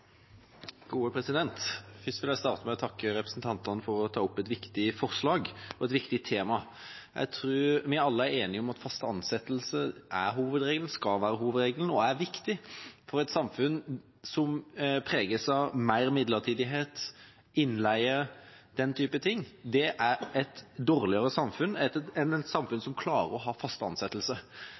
vil starte med å takke representantene for å ta opp et viktig forslag og et viktig tema. Jeg tror vi alle er enige om at faste ansettelser er hovedregelen, skal være hovedregelen og er viktig. Et samfunn som preges av mer midlertidighet og innleie, den type ting, er et dårligere samfunn enn et samfunn som klarer å ha